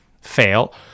fail